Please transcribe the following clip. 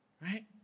right